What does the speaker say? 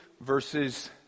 verses